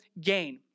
gain